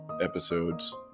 episodes